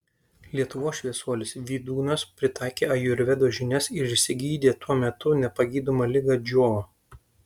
lietuvos šviesuolis vydūnas pritaikė ajurvedos žinias ir išsigydė tuo metu nepagydomą ligą džiovą